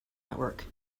network